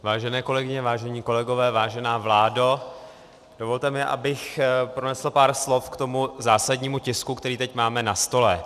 Vážené kolegyně, vážení kolegové, vážená vládo, dovolte mi, abych pronesl pár slov k tomu zásadnímu tisku, který teď máme na stole.